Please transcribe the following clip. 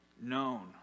known